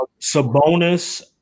Sabonis